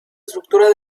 estructura